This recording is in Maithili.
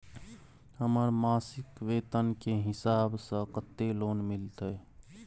हमर मासिक वेतन के हिसाब स कत्ते लोन मिलते?